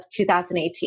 2018